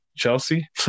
Chelsea